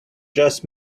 just